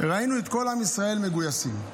ראינו את כל עם ישראל מגויסים,